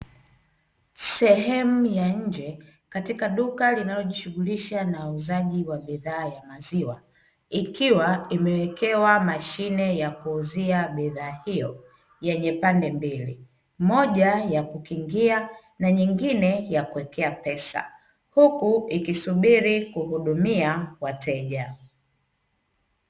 Sehemu ya nje katika duka linalojishughulisha na uuzaji wa bidhaa za maziwa ikiwa imewekewa mashine ya kuuzia bidhaa hiyo yenye pande mbili, moja ya kukingia na nyingine ya kuwekea pesa huku ikisubiri kuhudumia wateja.